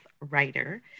writer